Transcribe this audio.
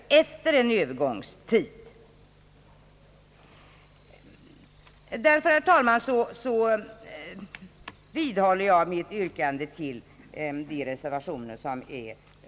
Därför, herr talman, vidhåller jag mitt yrkande om bifall till de reservationer som är fogade till utlåtandet.